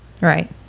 right